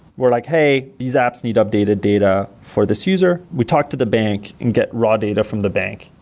we're like, hey, these apps need updated data for this user. we talk to the bank and get raw data from the bank.